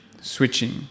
switching